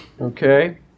Okay